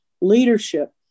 leadership